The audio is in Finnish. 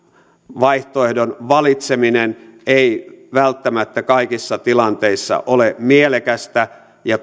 vaihtoehdon valitseminen ei välttämättä kaikissa tilanteissa ole mielekästä ja